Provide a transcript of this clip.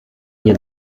nie